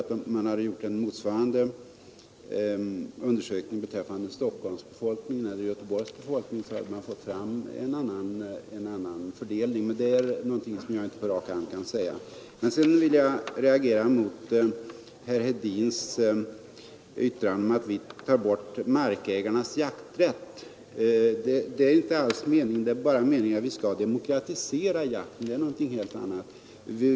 Om man hade gjort en motsvarande undersökning beträffande befolkningen i Stockholm eller Göteborg så tror jag att man hade fått fram en annan fördelning, men det är någonting som jag inte utan vidare kan bestämt påstå. Sedan vill jag reagera mot herr Hedins yttranden att vi vill ta bort markägarnas jakträtt. Det är inte alls avsikten. Meningen är att " demokratisera jakten, vilket är någonting helt annat.